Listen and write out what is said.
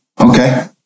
Okay